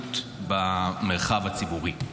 הנוכחות במרחב הציבורי.